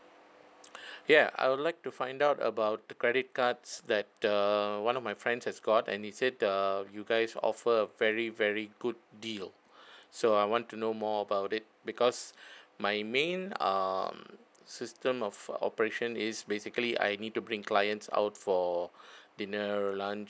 ya I would like to find out about the credit cards that uh one of my friends has got and he said err you guys offer a very very good deal so I want to know more about it because my main um system of operation is basically I need to bring clients out for dinner lunch